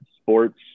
sports